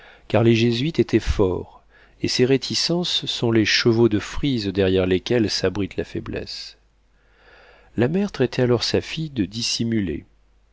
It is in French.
car les jésuites étaient forts et ces réticences sont les chevaux de frise derrière lesquels s'abrite la faiblesse la mère traitait alors sa fille de dissimulée